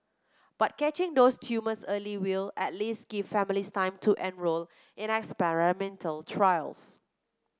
but catching those tumours early will at least give families time to enrol in experimental trials